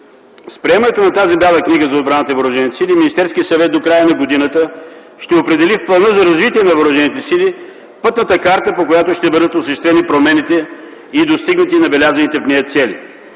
С приемането на тази Бяла книга за отбраната и въоръжените сили Министерският съвет до края на годината ще определи плана за развитие на въоръжените сили, пътната карта, по която ще бъдат осъществени промените и достигнат набелязани в нея цели.